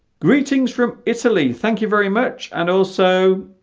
greetings from italy thank you very much and also